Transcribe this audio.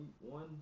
one